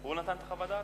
הוא נתן את חוות הדעת?